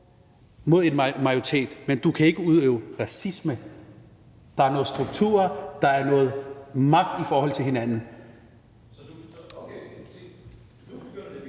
mod en majoritet, men du kan ikke udøve racisme. Der er nogle strukturer, der er noget magt, som står i forhold til hinanden.